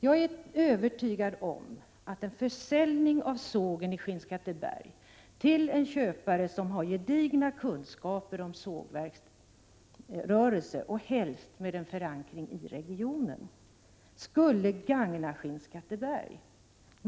Jag är övertygad om att en försäljning av sågen i Skinnskatteberg till en köpare som har gedigna kunskaper om sågverksrörelse och som helst har förankring i regionen skulle gagna Skinnskatteberg.